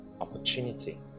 opportunity